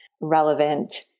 relevant